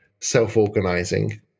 self-organizing